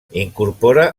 incorpora